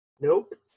Nope